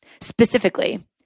Specifically